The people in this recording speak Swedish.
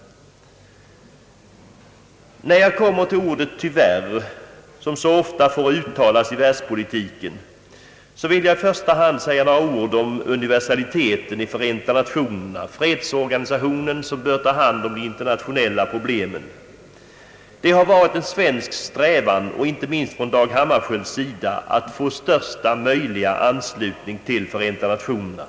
När jag kommer till ordet tyvärr som så ofta får uttalas i världspolitiken, vill jag i första hand säga några ord om universaliteten i Förenta Nationerna, fredsorganisationen som bör ta hand om de internationella problemen. Det har varit en svensk strävan, inte minst från Dag Hammarskjölds sida, att få största möjliga anslutning till Förenta Nationerna.